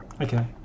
Okay